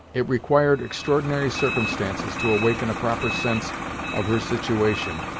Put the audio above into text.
it required extraordinary circumstances to awaken a proper sense of her situation,